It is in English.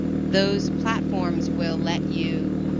those platforms will let you